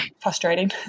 frustrating